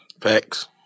Facts